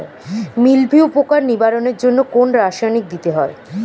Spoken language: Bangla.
মিলভিউ পোকার নিবারণের জন্য কোন রাসায়নিক দিতে হয়?